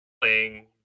playing